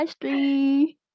three